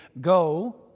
Go